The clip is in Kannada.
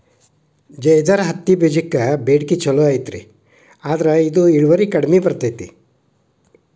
ಜೇದರ್ ಹತ್ತಿಬೇಜಕ್ಕ ಬೇಡಿಕೆ ಚುಲೋ ಐತಿ ಆದ್ರ ಇದು ಇಳುವರಿ ಕಡಿಮೆ ಬರ್ತೈತಿ